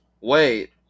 Wait